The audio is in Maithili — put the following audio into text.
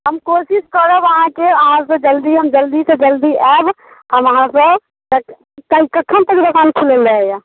हम कोशिश करब अहाँकेँ अहाँसँ जल्दी हम जल्दीसँ जल्दी आएब हम अहाँसँ कल्हि कखन तक दुकान खुलल रहैया